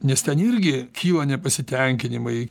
nes ten irgi kyla nepasitenkinimai